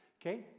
Okay